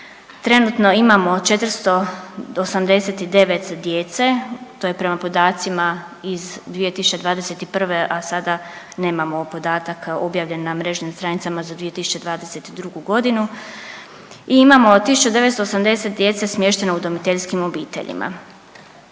Trenutno imamo 489 djece to je prema podacima iz 2021., a sada nemamo podatak objavljen na mrežnim stranicama za 2022. godinu i imamo 1.980 djece smještene u udomiteljskim obiteljima.